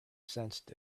sensed